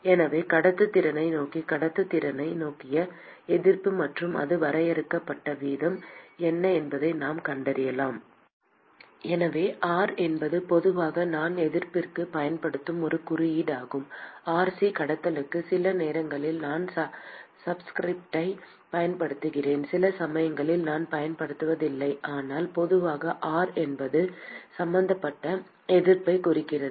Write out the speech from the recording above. எனவே கடத்துத்திறனை நோக்கி கடத்துத்திறனை நோக்கிய எதிர்ப்பு மற்றும் அது வரையறுக்கப்பட்ட விதம் என்ன என்பதை நாம் கண்டறியலாம் எனவே R என்பது பொதுவாக நான் எதிர்ப்பிற்குப் பயன்படுத்தும் ஒரு குறியீடாகும் Rc கடத்தலுக்கு சில நேரங்களில் நான் சப்ஸ்கிரிப்டைப் பயன்படுத்துகிறேன் சில சமயங்களில் நான் பயன்படுத்துவதில்லை ஆனால் பொதுவாக R என்பது சம்பந்தப்பட்ட எதிர்ப்பைக் குறிக்கிறது